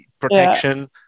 protection